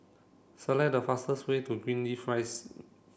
select the fastest way to Greenleaf Rise